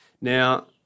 Now